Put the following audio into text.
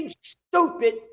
stupid